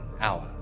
hour